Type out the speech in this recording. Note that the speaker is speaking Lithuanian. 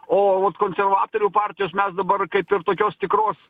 o vat konservatorių partijos mes dabar kaip ir tokios tikros